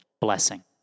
blessing